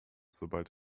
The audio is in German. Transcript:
sobald